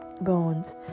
bones